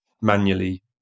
manually